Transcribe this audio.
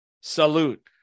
Salute